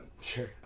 sure